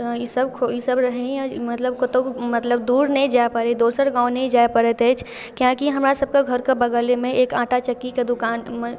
ईसब ईसब रहैए मतलब कतहु मतलब दूर नहि जाए पड़ै दोसर गाम नहि जाए पड़ैत अछि कियाकि हमरासबके घरके बगलेमे एक आटा चक्कीके दोकान